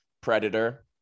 predator